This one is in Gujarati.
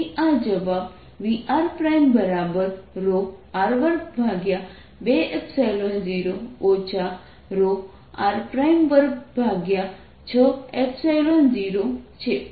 તેથી આ જવાબ VrR220 r260 છે